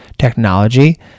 technology